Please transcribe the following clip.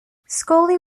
scully